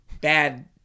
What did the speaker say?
bad